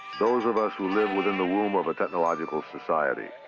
those of us who live within the womb of a technological society?